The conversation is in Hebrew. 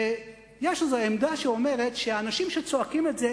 יש איזו עמדה שאומרת שהאנשים שצועקים את זה,